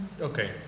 Okay